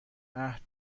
عهد